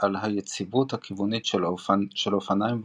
על היציבות הכיוונית של אופניים ואופנועים,